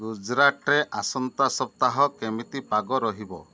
ଗୁଜରାଟରେ ଆସନ୍ତା ସପ୍ତାହ କେମିତି ପାଗ ରହିବ